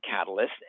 Catalyst